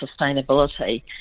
sustainability